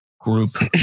group